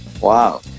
Wow